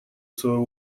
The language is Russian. своего